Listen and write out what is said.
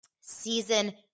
Season